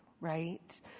right